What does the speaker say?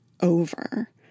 over